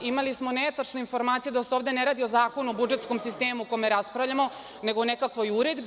Imali smo netačne informacije da se ovde ne radi o Zakonu o budžetskom sistemu o kome raspravljamo, nego o nekakvoj uredbi.